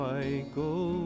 Michael